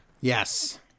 Yes